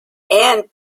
and